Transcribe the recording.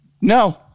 No